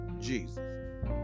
Jesus